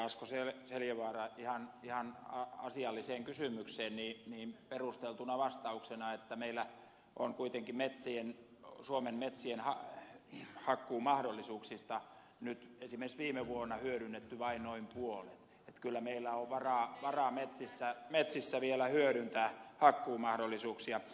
asko seljavaaran ihan asialliseen kysymykseen perusteltuna vastauksena että meillä on kuitenkin suomen metsien hakkuumahdollisuuksista nyt esimerkiksi viime vuonna hyödynnetty vain noin puolet että kyllä meillä on varaa metsissä vielä hyödyntää hakkuumahdollisuuksia